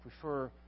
prefer